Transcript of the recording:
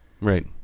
Right